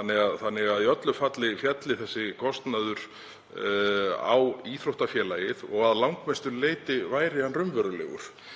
Í öllu falli félli þessi kostnaður á íþróttafélagið og að langmestu leyti væri hann raunverulegur.